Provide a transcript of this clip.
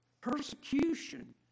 persecution